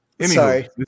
Sorry